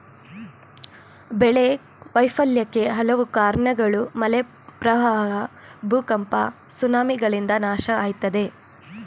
ಬೆಳೆ ವೈಫಲ್ಯಕ್ಕೆ ಹಲವು ಕಾರ್ಣಗಳು ಮಳೆ ಪ್ರವಾಹ ಭೂಕಂಪ ಸುನಾಮಿಗಳಿಂದ ನಾಶ ಆಯ್ತದೆ